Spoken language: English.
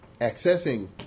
accessing